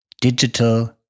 digital